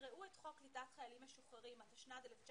יקראו את חוק קליטת חיילים משוחררים התשנ"ד-1994,